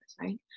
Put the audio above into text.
right